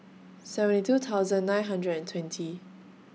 seventy two thousand nine hundred and twenty